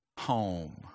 Home